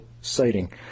sighting